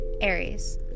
Aries